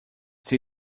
see